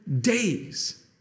days